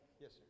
Yes